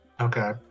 Okay